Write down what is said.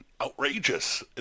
outrageous